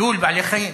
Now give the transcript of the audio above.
גידול בעלי-חיים.